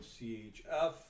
CHF